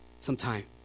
sometime